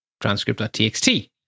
transcript.txt